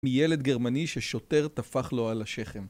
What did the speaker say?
מילד גרמני ששוטר טפח לו על השכם